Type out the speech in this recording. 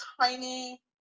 tiny